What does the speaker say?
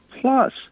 Plus